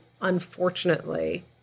unfortunately